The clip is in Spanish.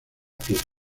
piezas